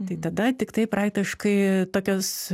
tai tada tiktai praktiškai tokios